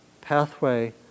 pathway